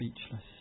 speechless